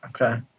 Okay